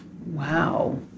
Wow